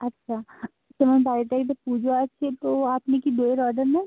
আচ্ছা তো আমার বাড়িতে একটা পুজো আছে তো আপনি কি দইয়ের অর্ডার নেন